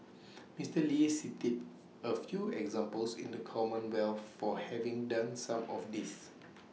Mister lee cited A few examples in the commonwealth for having done some of this